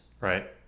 Right